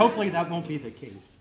hopefully that won't be the case